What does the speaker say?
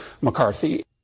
McCarthy